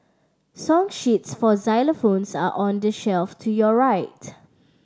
song sheets for xylophones are on the shelf to your right